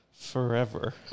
forever